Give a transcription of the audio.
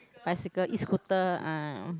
bicycle E-Scooter ah